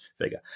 figure